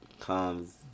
comes